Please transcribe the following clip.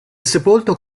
sepolto